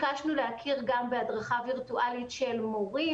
ביקשנו להכיר גם בהדרכה וירטואלית של מורים,